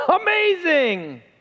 amazing